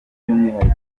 by’umwihariko